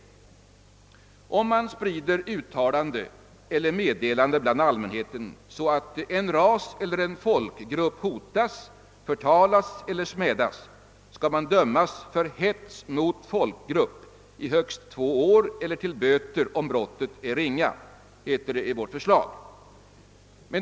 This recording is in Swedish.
Vi säger i vårt förslag att den som sprider uttalande eller meddelande bland allmänheten som medför att en ras eller folkgrupp hotas, förtalas eller smädas kan dömas för hets mot folkgrupp i högst två år eller, om brottet är ringa, till böter.